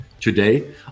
today